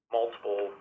multiple